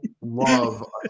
love